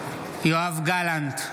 בעד יואב גלנט,